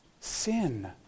sin